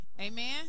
Amen